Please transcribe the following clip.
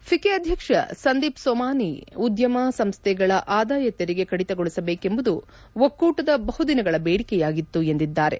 FICCI ಅಧ್ಯಕ್ಷ ಸಂದೀಪ್ ಸೋಮಾನಿ ಉದ್ಯಮ ಸಂಸೈಗಳ ಆದಾಯ ತೆರಿಗೆ ಕಡಿತಗೊಳಿಸಬೇಕೆಂಬುದು ಒಕ್ಕೂಟದ ಬಹುದಿನಗಳ ಬೇಡಿಕೆಯಾಗಿತ್ತು ಎಂದಿದ್ದಾರೆ